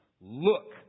Look